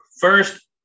First